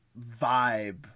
vibe